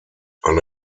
eine